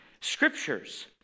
scriptures